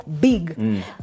big